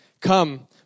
Come